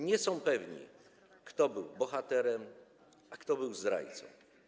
Nie są pewni, kto był bohaterem, a kto był zdrajcą.